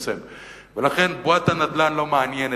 ולכן בועת הנדל"ן לא מעניינת.